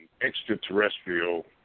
extraterrestrial